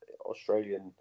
Australian